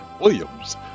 Williams